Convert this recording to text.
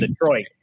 Detroit